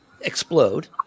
explode